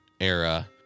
era